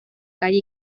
calle